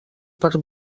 per